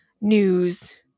news